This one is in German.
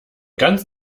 ganz